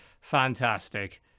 fantastic